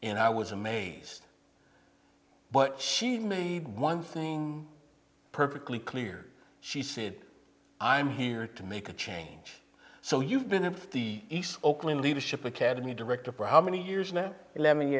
and i was amazed but she made one thing perfectly clear she said i'm here to make a change so you've been in the east oakland leadership academy director for how many years now ele